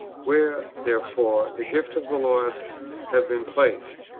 where, therefore, the gifts of the lord have been placed,